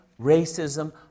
racism